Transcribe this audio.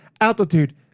altitude